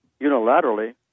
unilaterally